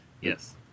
Yes